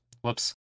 whoops